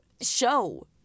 show